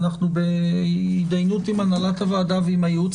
אנחנו בהידיינות עם הנהלת הוועדה ועם הייעוץ